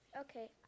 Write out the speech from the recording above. Okay